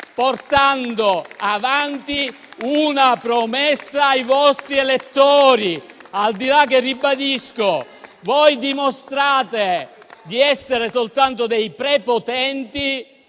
portando avanti una promessa fatta ai vostri elettori, al di là del fatto che - ribadisco - voi dimostrate di essere soltanto dei prepotenti,